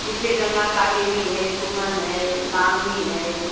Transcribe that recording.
जैसे गंगा कावेरी है सुमन है नामनी है